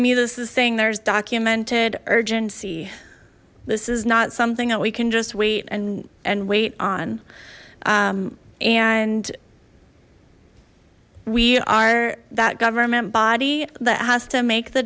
me this is saying there's documented urgency this is not something that we can just wait and and wait on and we are that government body that has to make the